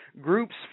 groups